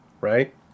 right